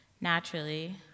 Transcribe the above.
Naturally